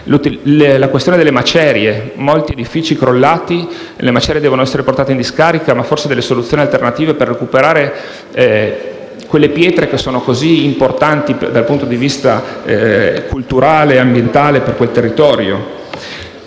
macerie: le macerie di molti edifici crollati devono essere portate in discarica, ma forse vi sono delle soluzioni alternative per recuperare quelle pietre che sono così importanti dal punto di vista urbanistico e ambientale per quel territorio.